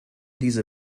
diese